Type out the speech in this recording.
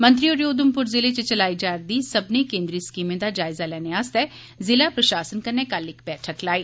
मंत्री होरें उघमपुर ज़िले च चलाई जा'रदी सब्बने केन्द्री स्कीमें दा जायजा लैने आस्तै ज़िला प्रशासन कन्नै कल इक बैठक लाई